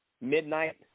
midnight